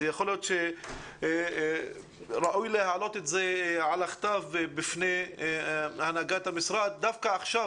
יכול להיות שראוי להעלות את זה על הכתב בפני הנהגת המשרד דווקא עכשיו